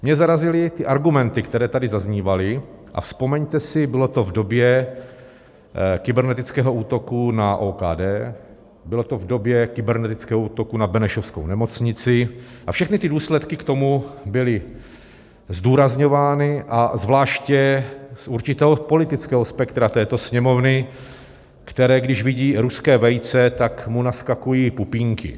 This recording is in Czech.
Mě zarazily argumenty, které tady zaznívaly, a vzpomeňte si, bylo to v době kybernetického útoku na OKD, bylo to v době kybernetického útoku na benešovskou nemocnici, všechny ty důsledky k tomu byly zdůrazňovány, a zvláště z určitého politického spektra této Sněmovny, které když vidí ruské vejce, tak mu naskakují pupínky.